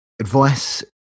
advice